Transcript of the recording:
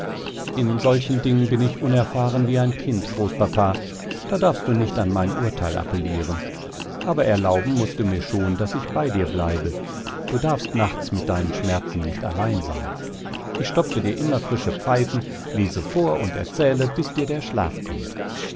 in solchen dingen bin ich unerfahren wie ein kind großpapa da darfst du nicht an mein urteil appellieren aber erlauben mußt du mir schon daß ich bei dir bleibe du darfst nachts mit deinen schmerzen nicht allein sein ich stopfe dir immer frische pfeifen lese vor und erzähle bis dir der schlaf kommt